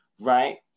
right